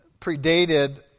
predated